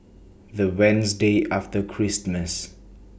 The Wednesday after Christmas